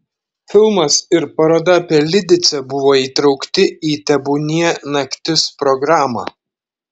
filmas ir paroda apie lidicę buvo įtraukti į tebūnie naktis programą